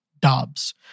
Dobbs